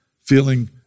feeling